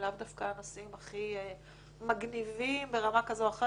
לאו דווקא הנושאים הכי מגניבים ברמה כזאת או אחרת.